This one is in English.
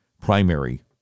primary